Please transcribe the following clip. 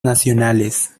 nacionales